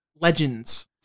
legends